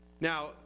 Now